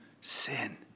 sin